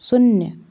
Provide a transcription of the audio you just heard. शून्य